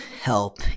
help